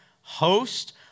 host